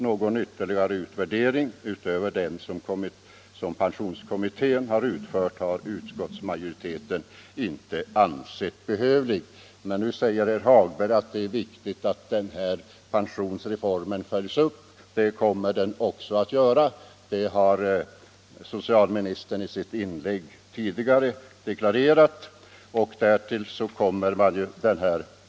Någon ytterligare utvärdering utöver den som pensionskommittén har utfört har utskottsmajoriteten inte ansett behövlig. Nu säger herr Hagberg att det är viktigt att pensionsreformen följs upp. Det kommer också att göras, det har socialministern i sitt inlägg deklarerat.